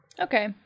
Okay